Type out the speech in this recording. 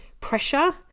pressure